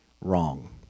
wrong